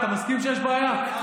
אתה מסכים שיש בעיה?